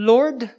Lord